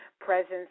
presence